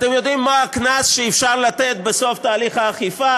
אתם יודעים מה הקנס שאפשר לתת בסוף תהליך האכיפה?